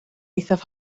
eithaf